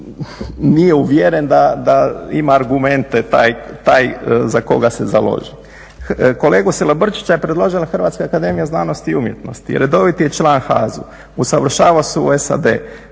nije uvjeren da ima argumente taj za koga se založi. Kolegu Silobrčića je predložila Hrvatska akademija znanosti i umjetnosti. Redoviti je član HAZU. Usavršavao se u SAD.